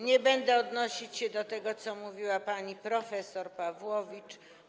Nie będę odnosić się do tego, co mówiła pani prof. Pawłowicz.